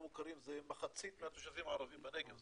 מוכרים זה מחצית מהתושבים הערבים בנגב,